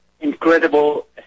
incredible